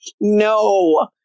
no